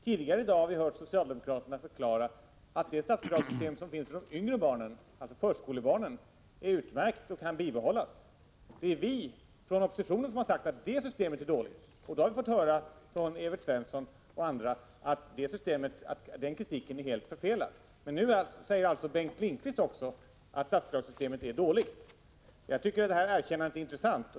Tidigare i dag har vi hört socialdemokraterna förklara att det statsbidragssystem som finns för de yngre barnen, alltså förskolebarnen, är utmärkt och kan bibehållas. Det är vi från oppositionen som har sagt att det systemet är dåligt. Då har vi av Evert Svensson och andra fått höra att den kritiken är helt felaktig. Men nu säger alltså också Bengt Lindqvist att statsbidragssystemet är dåligt. Jag tycker det erkännandet är intressant.